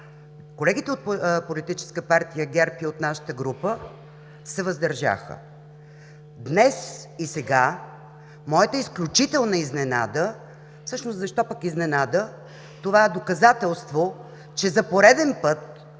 Колегите от Политическа партия ГЕРБ, от нашата група се въздържаха. Днес и сега моята изключителна изненада – всъщност защо пък изненада, това е доказателство, че за пореден път